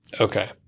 Okay